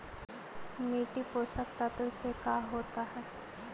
मिट्टी पोषक तत्त्व से का होता है?